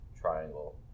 triangle